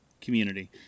community